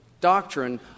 doctrine